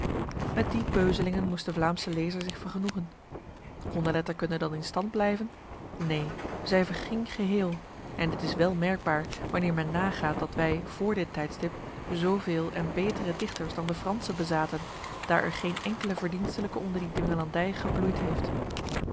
met die beuzelingen moest de vlaamse lezer zich vergenoegen kon de letterkunde dan in stand blijven neen zij verging geheel en dit is wel merkbaar wanneer men nagaat dat wij vr dit tijdstip zoveel en betere dichters dan de fransen bezaten daar er geen enkele verdienstelijke onder die dwingelandij gebloeid heeft